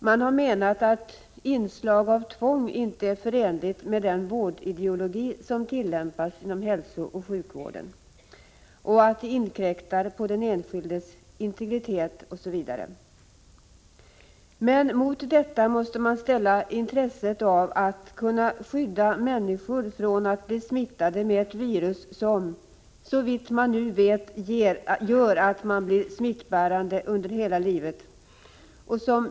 Man har menat att inslag av tvång inte är förenliga med den vårdideologi som tillämpas inom hälsooch sjukvården och att de inkräktar på den enskildes integritet, osv. Men mot dessa invändningar måste man ställa intresset av att kunna skydda människor från att bli smittade med ett virus som, såvitt man nu vet, gör att man blir smittbärande under hela livet.